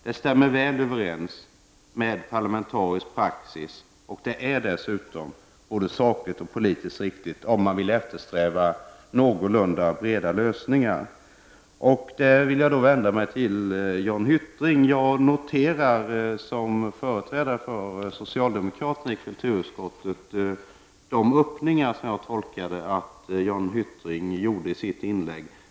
Det stämmer väl överens med parlamentarisk praxis, och det är dessutom både sakligt och politiskt riktigt om man vill eftersträva någorlunda breda lösningar. I detta sammanhang vill jag vända mig till Jan Hyttring. Jag noterar, som företrädare för socialdemokraterna i kulturutskottet, de öppningar, såsom jag tolkade det, som Jan Hyttring gjorde i sitt inlägg.